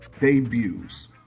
Debuts